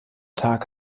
tag